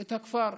את הכפר.